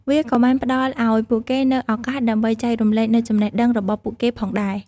វាក៏បានផ្តល់ឱ្យពួកគេនូវឱកាសដើម្បីចែករំលែកនូវចំណេះដឹងរបស់ពួកគេផងដែរ។